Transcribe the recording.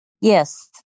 Yes